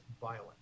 violent